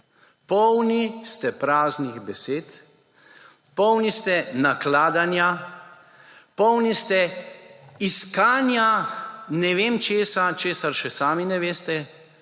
Polni ste praznih besed, polni ste nakladanja, polni ste iskanja ne vem česa; česa, še sami ne veste.